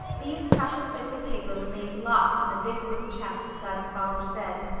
these precious bits of paper remained locked in the big wooden chest beside the father's bed,